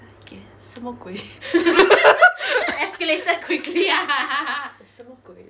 fine guess 什么鬼 什么鬼